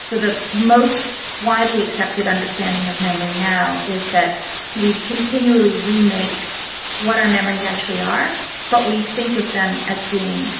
so the most widely accepted understanding of memory now is that we continually remake what our memories actually are but we think of them as being